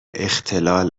اختلال